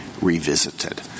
revisited